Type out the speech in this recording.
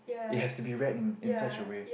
it has to be read in in such a way